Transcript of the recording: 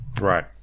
Right